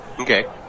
Okay